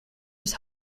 his